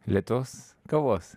lėtos kavos